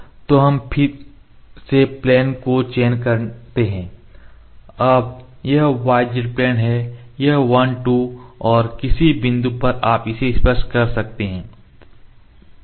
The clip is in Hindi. तो हम फिर से प्लेन का चयन करते हैं अब यह yz प्लेन है यह 1 2 और किसी भी बिंदु पर आप इसे स्पर्श कर सकते हैं 3